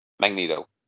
Magneto